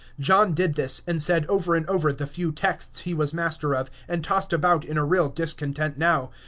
john did this, and said over and over the few texts he was master of, and tossed about in a real discontent now,